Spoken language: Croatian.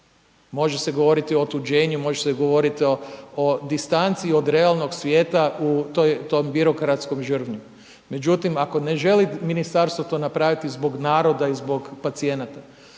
Može se govoriti o otuđenju, može se govoriti o distanci od realnog svijeta u toj, tom birokratskom žrvnju, međutim, ako ne želite, Ministarstvo to napraviti zbog naroda i zbog pacijenata,